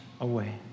away